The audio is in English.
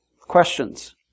questions